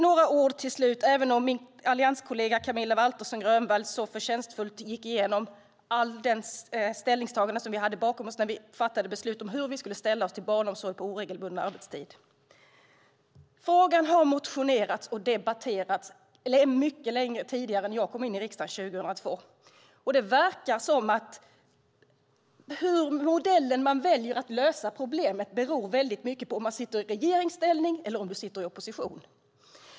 Min allianskollega Camilla Waltersson Grönvall gick förtjänstfullt igenom de ställningstaganden som vi hade bakom oss när vi fattade beslut om hur vi skulle ställa oss till frågan om barnomsorg på oregelbunden arbetstid, men jag vill ändå säga några ord om det. Frågan har motionerats och debatterats långt innan jag kom in i riksdagen 2002. Det verkar som om vilken modell man väljer för att lösa problemet beror på om man sitter i regeringsställning eller i opposition.